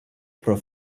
pro